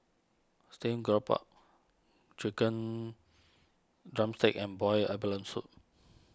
Steamed Grouper Chicken Drumstick and Boiled Abalone Soup